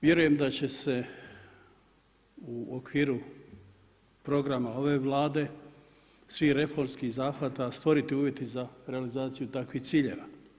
Vjerujem da će se u okviru programa ove vlade, svi reformski zahvata stvoriti uvjeti za realizaciju takvih ciljeva.